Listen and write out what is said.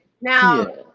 Now